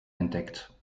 entdeckt